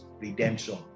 redemption